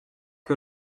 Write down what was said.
que